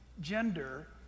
gender